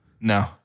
No